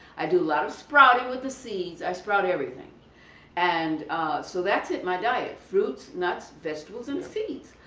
i do lot of sprouting with the seeds. i sprout everything and so that's it. my diet fruits, nuts, vegetables and seeds.